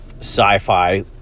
sci-fi